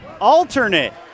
alternate